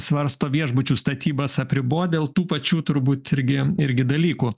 svarsto viešbučių statybas apribot dėl tų pačių turbūt irgi irgi dalykų